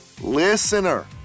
Listener